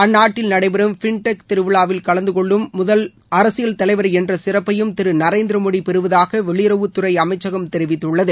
அந்நாட்டில் நடைபெறும் ஃபின்டெக் திருவிழாவில் கலந்து கொள்ளும் முதல் அரசியல் தலைவர் என்ற சிறப்பையும் திரு நரேந்திரமோடி பெறுவதாக வெளியுறவுத்துறை அமைச்சகம் தெரிவித்துள்ளது